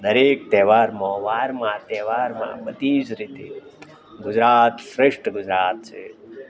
દરેક તહેવારનો વારમાં તહેવારમાં બધી જ રીતે ગુજરાત શ્રેષ્ઠ ગુજરાત છે